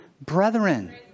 brethren